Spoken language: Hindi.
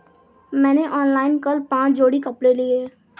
मैंने ऑनलाइन कल पांच जोड़ी कपड़े लिए